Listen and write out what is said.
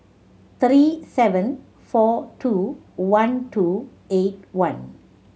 three seven four two one two eight one